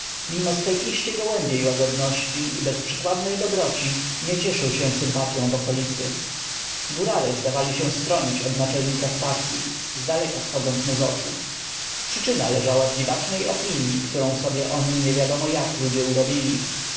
mimo swej iście gołębiej łagodności i bezprzykładnej dobroci nie cieszył się sym patyą w okolicy g órale zdaw ali się stronić od naczelnika stacyi zdaleka schodząc mu z oczu przyczyna leżała w dziwacznej opinii k tó rą sobie o nim nie w iadom o jak ludzie urobili